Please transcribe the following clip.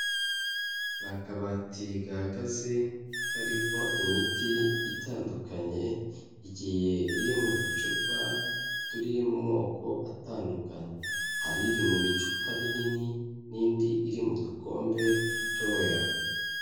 Ni akabati gahagaze karimo imiti itandukanye igiye iri mu ducupa turi mu moko atandukanye hari iri mu bicupa binini n'indi iri mu dukombe dutoya.